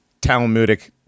Talmudic